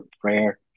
prayer